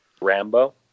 Rambo